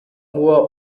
nur